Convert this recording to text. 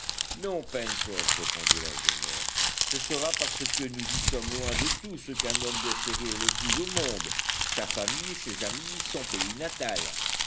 non pencroff répondit l'ingénieur ce sera parce que nous y sommes loin de tout ce qu'un homme doit chérir le plus au monde sa famille ses amis son pays natal